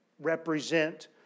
represent